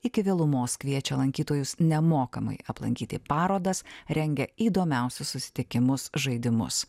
iki vėlumos kviečia lankytojus nemokamai aplankyti parodas rengia įdomiausius susitikimus žaidimus